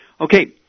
Okay